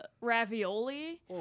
ravioli